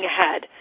ahead